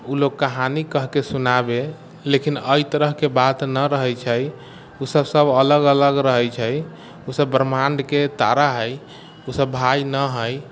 ओ लोक कहानी कहिके सुनाबै लेकिन एहि तरहके बात नहि रहैत छै ओ सब सब अलग अलग रहैत छै ओ सब ब्रम्हाण्डके तारा हइ ओ सब भाय नहि हइ